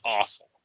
awful